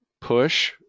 push